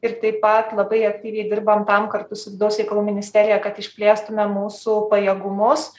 ir taip pat labai aktyviai dirbam tam kartu su vidaus reikalų ministerija kad išplėstume mūsų pajėgumus